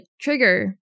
trigger